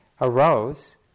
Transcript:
arose